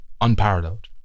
unparalleled